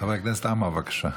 חבר הכנסת עמאר, בבקשה.